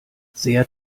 sehr